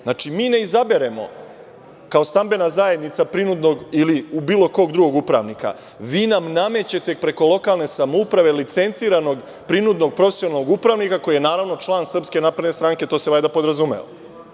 Znači, mi ne izaberemo, kao stambena zajednica prinudnog ili bilo kog drugog upravnika, vi nam namećete preko lokalne samouprave licenciranog prinudnog profesionalnog upravnika, koji je naravno član SNS, to se valjda podrazumeva.